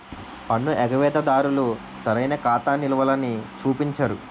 పన్ను ఎగవేత దారులు సరైన ఖాతా నిలవలని చూపించరు